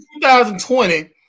2020